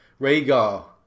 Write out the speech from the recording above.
Rhaegar